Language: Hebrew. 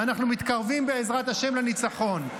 ואנחנו מתקרבים, בעזרת השם, לניצחון.